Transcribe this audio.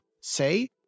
say